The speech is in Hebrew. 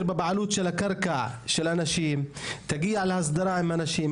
תכיר בבעלות הקרקע של האנשים ותגיע להסדרה עם האנשים.